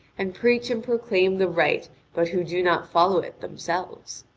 and preach and proclaim the right but who do not follow it themselves.